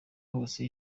yose